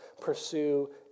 pursue